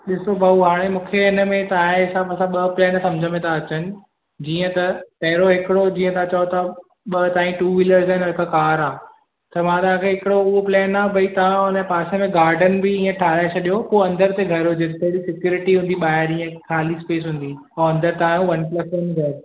ॾिसो भाऊ हाणे मूंखे हिन में तव्हां जे हिसाब सां ॿ पेयर सम्झि में त अचनि जीअं त पहिरों हिकिड़ो जीअं त चओ त ॿ ताईं टू वीलर ते न हिकु कार आहे त मां तव्हां खे हिकिड़ो उहो प्लैन आहे ॿई हुन जे पासे में गार्डन बि ईअं ठाहे छॾियो पोइ अंदरि ते घरु हुजे हुते बि सिक्यूरिटी हूंदी ॿाहिरि ईअं खाली स्पेस हूंदी पोइ अंदरि तव्हां जो वन प्लस वन बैड